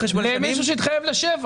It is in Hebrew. למישהו שיתחייב לשבע